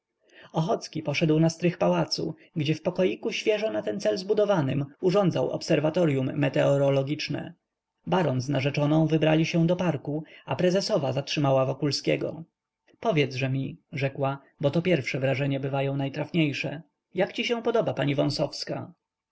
się ochocki poszedł na strych pałacu gdzie w pokoiku świeżo na ten cel zbudowanym urządzał obserwatorym meteorologiczne baron z narzeczoną wybrali się do parku a prezesowa zatrzymała wokulskiego powiedzże mi rzekła bo to pierwsze wrażenia bywają najtrafniejsze jak ci się podoba pani